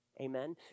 amen